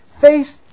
face